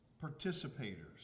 participators